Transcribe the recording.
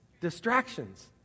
Distractions